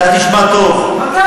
מתי